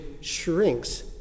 shrinks